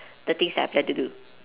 the things that I plan to do